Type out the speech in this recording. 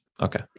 Okay